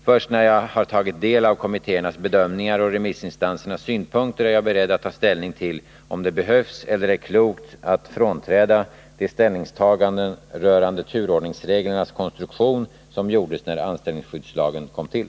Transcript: Först när jag har tagit del av kommittéernas bedömningar och remissinstansernas synpunkter är jag beredd att ta ställning till om det behövs eller är klokt att frånträda de ställningstaganden rörande turord B ningsreglernas konstruktion som gjordes när anställningsskyddslagen kom till.